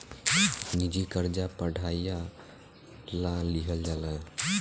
निजी कर्जा पढ़ाईयो ला लिहल जाला